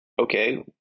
okay